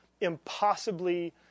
impossibly